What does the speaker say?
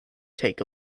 take